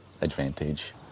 advantage